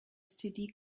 std